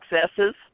successes